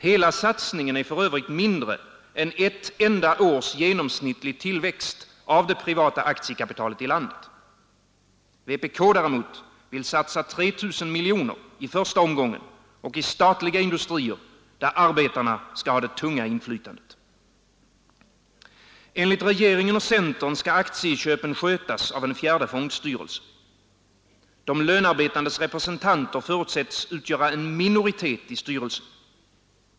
Hela satsningen är för övrigt mindre än ett enda års genomsnittlig tillväxt av det privata aktiekapitalet i landet. Vpk däremot vill satsa 3 000 miljoner i första omgången och i statliga industrier, där arbetarna skall ha det tunga inflytandet. Enligt regeringen och centern skall aktieköpen skötas av en fjärde fondstyrelse. De lönarbetandes representanter förutsätts utgöra en minoritet i styrelsen.